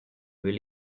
will